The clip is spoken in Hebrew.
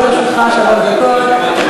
עומדות לרשותך שלוש דקות.